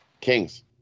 Kings